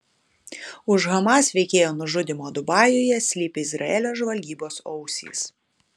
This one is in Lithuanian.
už hamas veikėjo nužudymo dubajuje slypi izraelio žvalgybos ausys